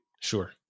Sure